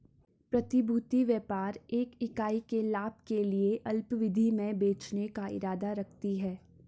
प्रतिभूति व्यापार एक इकाई लाभ के लिए अल्पावधि में बेचने का इरादा रखती है